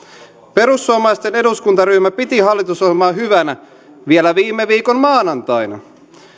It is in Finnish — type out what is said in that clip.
perussuomalaisten eduskuntaryhmä piti hallitusohjelmaa hyvänä vielä viime viikon maanantaina